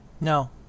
No